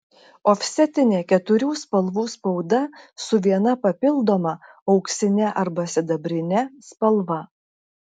ofsetinė keturių spalvų spauda su viena papildoma auksine arba sidabrine spalva